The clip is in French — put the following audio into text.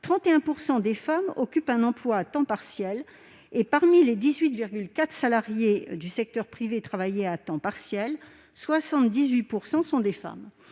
31 % des femmes occupent un emploi à temps partiel, et 78 % des 18,4 % de salariés du secteur privé travaillant à temps partiel sont des femmes.